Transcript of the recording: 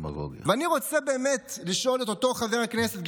ואני רוצה לשאול את אותו חבר כנסת,